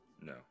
No